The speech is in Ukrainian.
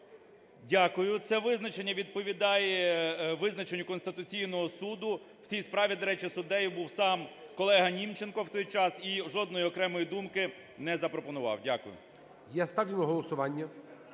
Дякую. Це визначення відповідає визначенню Конституційного Суду. В цій справі, до речі, суддею був сам колега Німченко в той час і жодної окремої думки не запропонував. Дякую. ГОЛОВУЮЧИЙ. Я ставлю на голосування